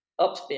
upspin